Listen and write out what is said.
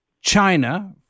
china